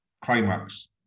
climax